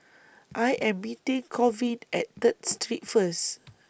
I Am meeting Colvin At Third Street First